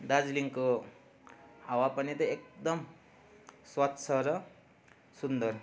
दार्जिलिङको हावापानी त एकदम स्वच्छ र सुन्दर